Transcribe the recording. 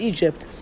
Egypt